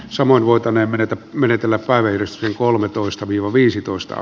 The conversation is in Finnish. samoin voitaneen edetä menetellä parrishin kolmetoista viiva viisitoista on